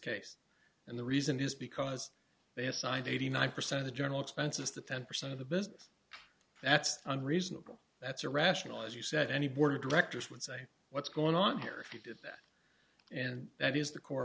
case and the reason is because they assigned eighty nine percent of general expenses to ten percent of the business that's unreasonable that's irrational as you said any board of directors would say what's going on here if you did that and that is the core